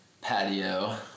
patio